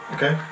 Okay